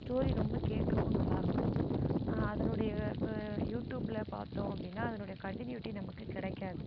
story ரொம்ப கேட்கவும் நல்லாருக்கும் அதனுடைய இப்போ யூடியூப்பில் பார்த்தோம் அப்படின்னா அதனுடைய கண்டினியூட்டி நமக்கு கிடைக்காது